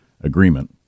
agreement